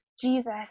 Jesus